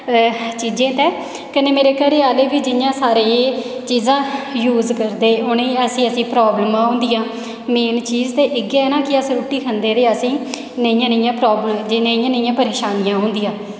चीजें तै कन्नै मेरे घरे आह्ले बी जियां सारे एह् चीजां यूज करदे उ'नेंगी ऐसी ऐसी प्राब्लमां होंदियां मेन चीज ते इ'यै ऐ ना कि अस रुट्टी खंदे ते असेंगी नेहियां नेहियां प्राब्लम परेशानियां होंदियां नेहियां नेहियां परेशानियां होंदियां